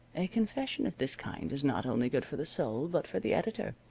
a confession of this kind is not only good for the soul, but for the editor.